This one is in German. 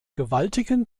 gewaltigen